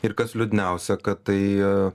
ir kas liūdniausia kad tai